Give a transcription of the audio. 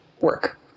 work